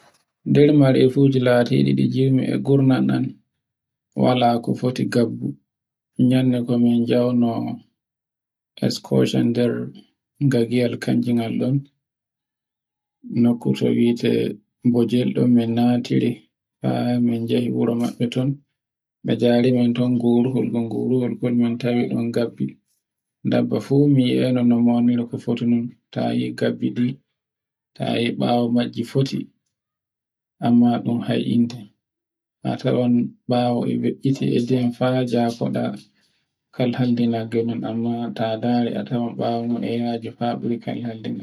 nder mari e fufi latiɗi ɗi ngimi e gurnan am ko wala ko foto ngam. Yandego min jawno Excursion nder gagiyal kanjinan gal nokku to wiete bojrl ɗon min natiri faa min jehi wuro mabbe ton. Be ngarimin ton gohol min tawi ngal gabbi ngo fu mi yi aino mauniri ko fotinai. tayi gabbi ɗi, tayi bawo gabbi majji foti. ta ndari a tawan bawo no kal hande